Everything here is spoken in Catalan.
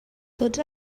tots